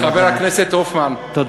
בהצבעה